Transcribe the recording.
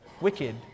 wicked